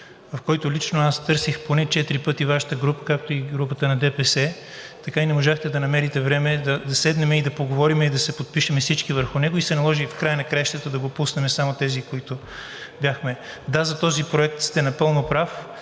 по който лично аз търсих поне четири пъти Вашата група, както и групата на ДПС. Така и не можахте да намерите време да седнем, да поговорим и да се подпишем всички върху него. Наложи се в края на краищата да го пуснем само тези, които бяхме. Да, за този проект сте напълно прав,